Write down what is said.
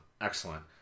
Excellent